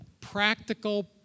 practical